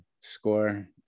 score